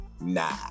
Nah